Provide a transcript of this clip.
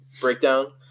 breakdown